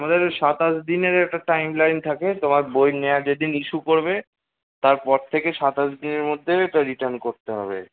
আমাদের ওই সাতাশ দিনের একটা টাইমলাইন থাকে তোমার বই নেওয়া যেদিন ইস্যু করবে তারপর থেকে সাতাশ দিনের মধ্যে এটা রিটার্ন করতে হবে